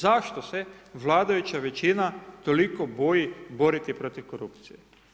Zašto se vladajuća većina toliko boji boriti protiv korupcije?